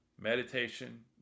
meditation